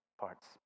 parts